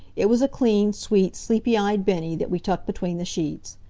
it was a clean, sweet, sleepy-eyed bennie that we tucked between the sheets.